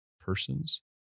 persons